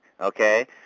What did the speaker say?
okay